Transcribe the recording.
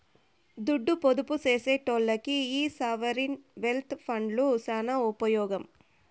దుడ్డు పొదుపు సేసెటోల్లకి ఈ సావరీన్ వెల్త్ ఫండ్లు సాన ఉపమోగం